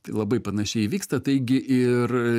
tai labai panašiai įvyksta taigi ir